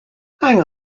hang